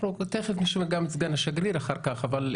אנחנו תכף נשמע גם את סגן השגריר אבל שמענו,